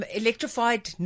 electrified